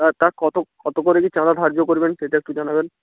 হ্যাঁ তা কত কত করে কি চাঁদা ধার্য করবেন সেটা একটু জানাবেন